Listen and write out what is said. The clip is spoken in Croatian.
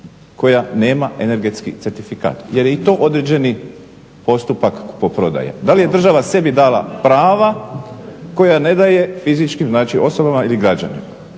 koja nema energetski certifikat jer je i to određeni postupak kupoprodaje? Da li je država sebi dala prava koja ne daje fizičkim osobama ili građanima?